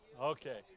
Okay